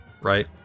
right